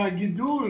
והגידול